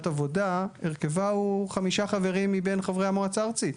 עבודה הרכבה הוא חמישה חברים מבין חברי המועצה הארצית.